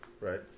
Right